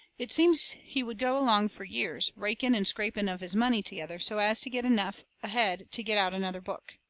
it seems he would go along fur years, raking and scraping of his money together, so as to get enough ahead to get out another book.